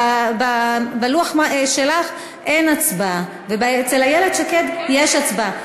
בלוח שלך אין הצבעה, ואצל איילת שקד יש הצבעה.